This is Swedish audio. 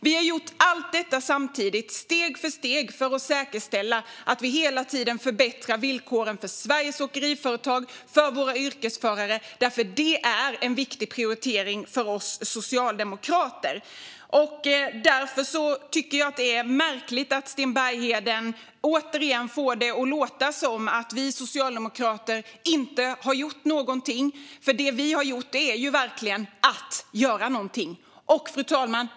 Vi har gjort allt detta steg för steg för att säkerställa att vi hela tiden förbättrar villkoren för Sveriges åkeriföretag och för våra yrkesförare. Det är en viktig prioritering för oss socialdemokrater. Jag tycker att det är märkligt att Sten Bergheden återigen får det att låta som att vi socialdemokrater inte har gjort någonting. Det vi har gjort är verkligen att göra någonting. Fru talman!